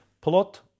Plot